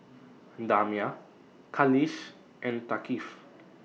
Damia Khalish and Thaqif